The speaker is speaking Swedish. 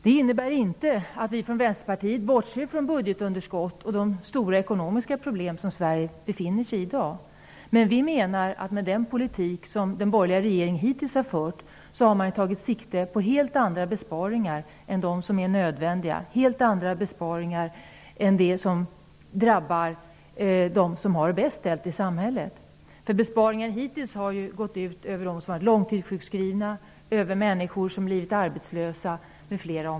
Detta innebär inte att vi i Vänsterpartiet bortser från budgetunderskott och de stora ekonomiska problem som Sverige har i dag, men vi menar att den politik som den borgerliga regeringen hittills har fört har tagit sikte på helt andra besparingar än de som är nödvändiga, helt andra besparingar än sådana som drabbar dem som har det bäst ställt i samhället. Besparingarna hittills har ju gått ut över t.ex. människor som är långtidssjukskrivna, människor som blivit arbetslösa.